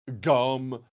Gum